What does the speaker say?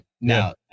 now